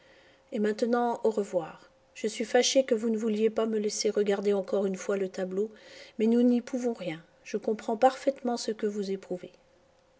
et maintenant au revoir je suis fâché que vous ne vouliez pas me laisser regarder encore une fois le tableau mais nous n'y pouvons rien je comprends parfaitement ce que vous éprouvez